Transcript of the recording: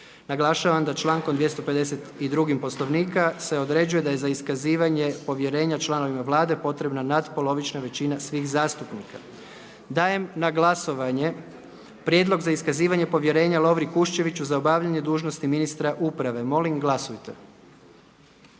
Naglašavam da člankom 252. Poslovnika se određuje da je za iskazivanje povjerenja članovima Vlade potrebna natpolovična većina svih zastupnika. Dajem na glasovanje Prijedlog za iskazivanje povjerenja Lovri Kuščeviću za obavljanje dužnosti ministra uprave. Molim glasujte.